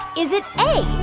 is it a,